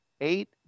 eight